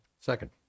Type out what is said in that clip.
second